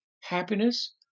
happiness